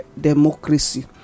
democracy